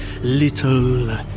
little